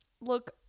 Look